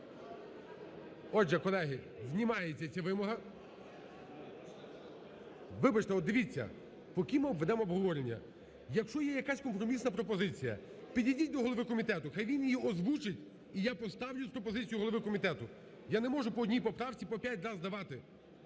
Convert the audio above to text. Отже, колеги, знімається ця вимога. Вибачте, от дивіться, поки ми ведемо обговорення, якщо є якась компромісна пропозиція, підійдіть до голови комітету, хай він її озвучить, і я поставлю з пропозицією голови комітету. Я не можу по одній поправці по 5 раз давати.